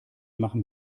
machen